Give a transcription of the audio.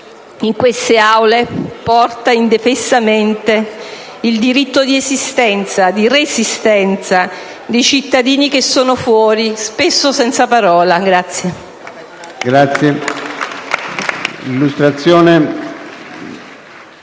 in queste Aule porta indefessamente il diritto di esistenza, di resistenza dei cittadini che sono fuori, spesso senza parola.